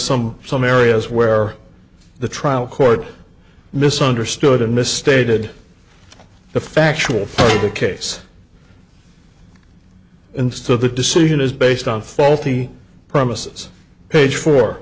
some some areas where the trial court misunderstood misstated and the factual the case instead the decision is based on faulty premises page for